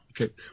Okay